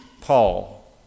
Paul